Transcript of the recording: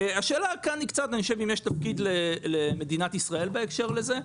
אני חושב שהשאלה כאן היא אם יש למדינת ישראל תפקיד בהקשר לזה.